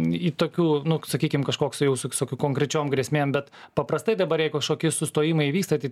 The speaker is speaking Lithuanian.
į tokių nu sakykim kažkoks jau su su konkrečiom grėsmėm bet paprastai dabar jei kažkokie sustojimai vyksta tai